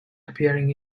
appearing